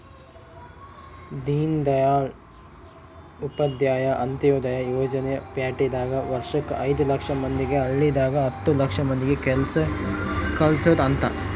ದೀನ್ದಯಾಳ್ ಉಪಾಧ್ಯಾಯ ಅಂತ್ಯೋದಯ ಯೋಜನೆ ಪ್ಯಾಟಿದಾಗ ವರ್ಷಕ್ ಐದು ಲಕ್ಷ ಮಂದಿಗೆ ಹಳ್ಳಿದಾಗ ಹತ್ತು ಲಕ್ಷ ಮಂದಿಗ ಕೆಲ್ಸ ಕಲ್ಸೊದ್ ಅಂತ